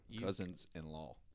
Cousins-in-law